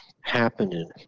happening